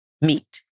meet